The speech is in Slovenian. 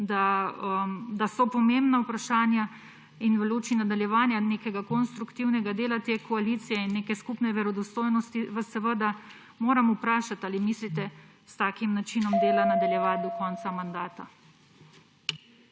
da so pomembna vprašanja. V luči nadaljevanja nekega konstruktivnega dela te koalicije in neke skupne verodostojnosti vas seveda moram vprašati: Ali mislite s takim načinom dela nadaljevati do konca mandata?